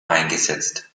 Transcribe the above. eingesetzt